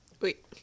Wait